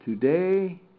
Today